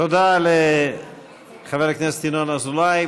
תודה לחבר הכנסת ינון אזולאי.